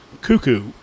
cuckoo